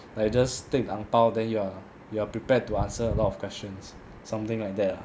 like you just take the ang pao then you are you are prepared to answer a lot of questions something like that lah